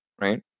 right